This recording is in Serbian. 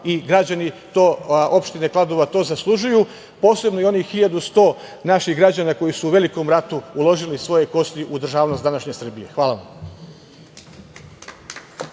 i građani opštine Kladova to zaslužuju, posebno i onih 1.100 naših građana koji su u Velikom ratu uložili svoje kosti u državnost današnje Srbije. Hvala